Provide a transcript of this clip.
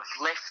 left